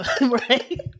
right